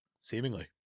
Seemingly